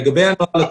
לגבי הנוהל עצמו: